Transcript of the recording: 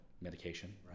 medication